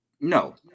No